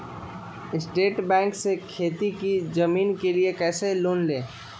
State bank से खेती की जमीन के लिए कैसे लोन ले?